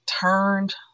turned